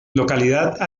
localidad